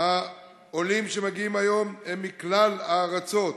העולים שמגיעים היום הם מכלל הארצות.